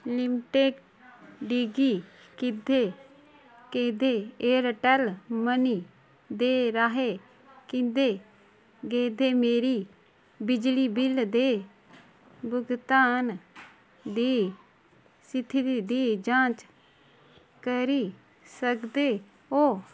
लिमटिक गी कीहदे केह्दे एयरटेल मनी दे राहें केह्दे गेदे मेरी बिजली बिल दे भुगतान दी स्थिति दी जांच करी सकदे ओ